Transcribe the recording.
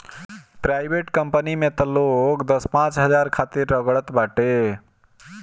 private कंपनीन में तअ लोग दस पांच हजार खातिर रगड़त बाटे